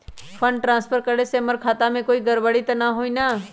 Fund transfer करे से हमर खाता में कोई गड़बड़ी त न होई न?